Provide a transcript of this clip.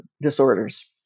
disorders